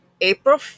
April